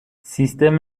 سیستم